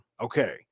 Okay